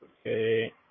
Okay